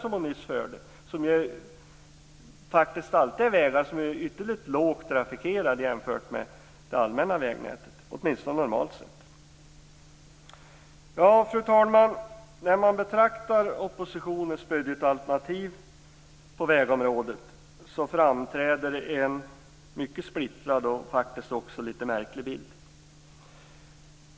De är ju alltid vägar som, åtminstone normalt sett, är ytterligt lågt trafikerade jämfört med det allmänna vägnätet. Fru talman! När man betraktar oppositionens budgetalternativ på vägområdet framträder en mycket splittrad, och faktiskt också litet märklig, bild.